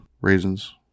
Raisins